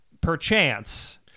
perchance